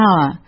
power